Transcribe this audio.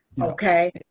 Okay